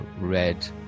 red